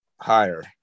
Higher